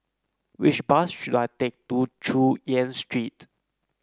which bus should I take to Chu Yen Street